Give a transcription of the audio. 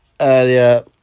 earlier